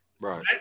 right